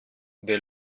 der